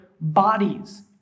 bodies